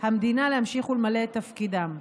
המדינה להמשיך ולמלא את תפקידם.